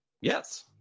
Yes